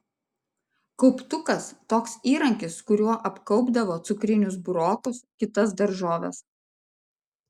kauptukas toks įrankis kuriuo apkaupdavo cukrinius burokus kitas daržoves